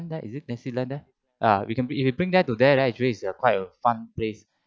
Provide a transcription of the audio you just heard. that is it resilient there ah we can be if you bring them to there right actually is a quite a fun place